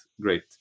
great